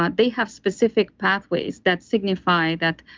but they have specific pathways that signify that,